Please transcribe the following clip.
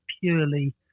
purely